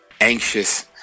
anxious